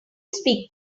speak